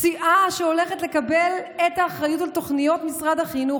סיעה שהולכת לקבל את האחריות על תוכניות משרד החינוך,